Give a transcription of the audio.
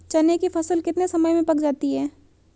चने की फसल कितने समय में पक जाती है?